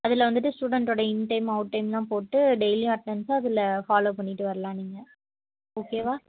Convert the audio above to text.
அதில் வந்துட்டு ஸ்டூடண்ட் ஓட இன் டைம் அவுட் டைமெலாம் போட்டு டெய்லி அட்னன்ஸை அதில் ஃபாலோ பண்ணிகிட்டே வரலாம் நீங்கள் ஓகேவா